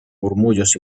murmullos